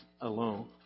alone